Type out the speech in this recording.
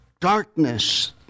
Darkness